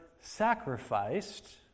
sacrificed